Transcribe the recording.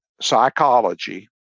psychology